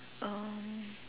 um